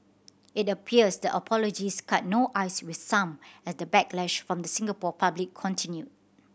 it appears the apologies cut no ice with some as the backlash from the Singapore public continued